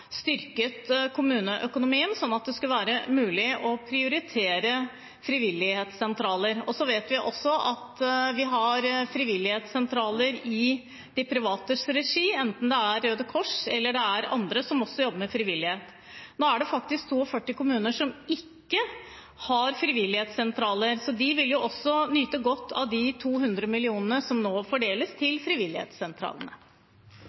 styrket kommuneøkonomien, sånn at det skulle være mulig å prioritere frivilligsentraler. Så vet vi også at vi har frivilligsentraler i de privates regi, enten det er Røde Kors eller det er andre som også jobber med frivillighet. Nå er det faktisk 42 kommuner som ikke har frivilligsentraler. De vil jo også nyte godt av de 200 millionene som nå fordeles.